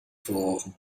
for